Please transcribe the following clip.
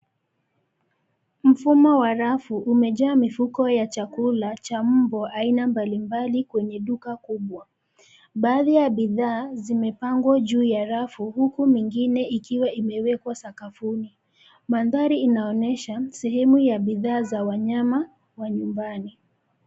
Mfumo wa rafu umejaa mifuko ya chakula cha mbwa aina mbalimbali kwenye duka kubwa. Baadhi ya bidhaa zimepangwa juu ya rafu huku mingine ikiwa imewekwa sakafuni. Mandhari inaonyesha sehemu ya bidhaa za wanyama wa nyumbani.